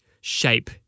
shape